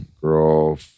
Girl